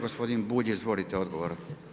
Gospodin Bulj, izvolite odgovor.